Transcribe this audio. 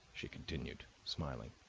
she continued, smiling.